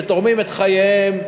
שתורמים את חייהם.